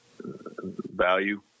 value